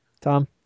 Tom